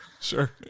Sure